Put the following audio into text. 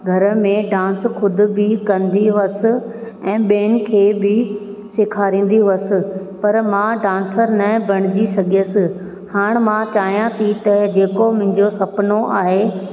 घर में डांस ख़ुदि बि कंदी हुअसि ऐं ॿियनि खे बि सेखारींदी हुअसि पर मां डांसर न बणिजी सघियसि हाणे मां चाहियां थी त जेको मुंहिंजो सुपिनो आहे